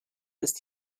ist